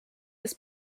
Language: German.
ist